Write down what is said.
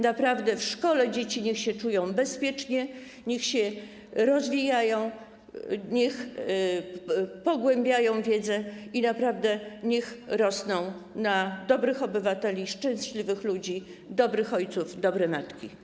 Naprawdę niech dzieci w szkole czują się bezpiecznie, niech się rozwijają, niech pogłębiają wiedzę i naprawdę niech rosną na dobrych obywateli i szczęśliwych ludzi, dobrych ojców, dobre matki.